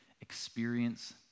experience